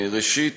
ראשית,